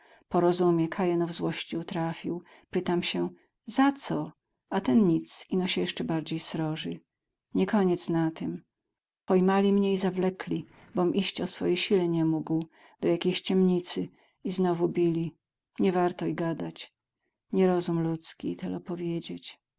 ka jeno w złości utrafił pytam sie za co a ten nic ino sie jeszcze bardziej sroży nie koniec na tem pojmali mnie i zawlekli bom iść o swojej sile nie mógł do jakiejś ciemnicy i znowu bili nie warto i gadać nierozum ludzki i telo powiedzieć